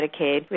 Medicaid